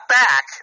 back